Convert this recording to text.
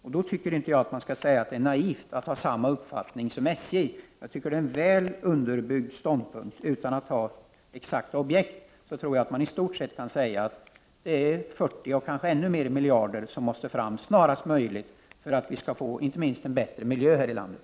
Och jag menar då att man inte skall säga att det är naivt att ha samma uppfattning som SJ. Jag anser att detta är en väl underbyggd ståndpunkt. Utan att ha några exakta objekt tror jag ändå att man i stort sett kan säga att 40 eller ännu fler miljarder måste tas fram snarast möjligt, inte minst för att vi skall få en bättre miljö här i landet.